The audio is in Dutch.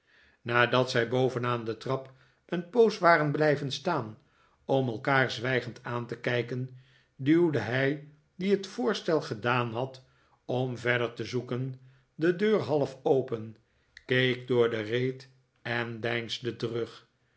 nadat zij boven aan de trap een poos waren blijven staan om elkaar zwijgend aan te kijken duwde hij die het voorstel gedaan had om verder te zoeken de deur half open keek door de reet en deinsde terug